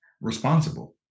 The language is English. responsible